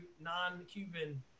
non-Cuban